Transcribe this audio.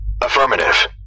Affirmative